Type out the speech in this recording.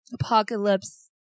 Apocalypse